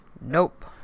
Nope